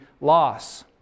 loss